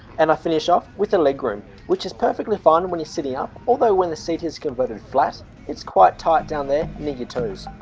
and i finish off with a leg room which is perfectly fine when you're sitting up, although when the seat is converted flat it's quite tight down there near your toes.